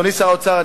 אדוני שר האוצר,